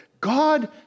God